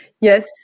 Yes